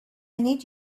need